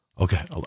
Okay